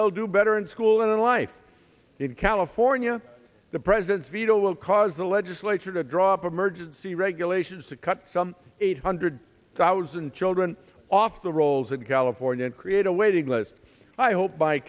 they'll do better in school and in life in california the president's veto will cause the legislature to drop emergency regulations to cut some eight hundred thousand children off the rolls in california and create a waiting list i hope by